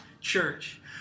church